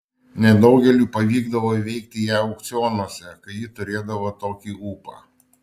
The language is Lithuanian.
nedaugeliui pavykdavo įveikti ją aukcionuose kai ji turėdavo tokį ūpą